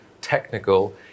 technical